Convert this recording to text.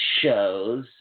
shows